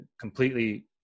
completely